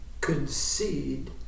concede